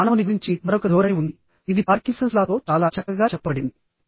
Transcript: ఇప్పుడు మానవుని గురించి మరొక ధోరణి ఉంది ఇది పార్కిన్సన్స్ లా తో చాలా చక్కగా చెప్పబడింది